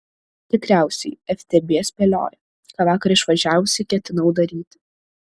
tikriausiai ftb spėlioja ką vakar išvažiavusi ketinau daryti